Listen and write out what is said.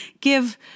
give